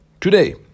today